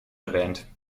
erwähnt